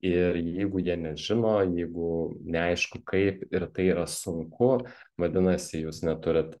ir jeigu jie nežino jeigu neaišku kaip ir tai yra sunku vadinasi jūs neturit